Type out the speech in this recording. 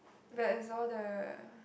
but is all the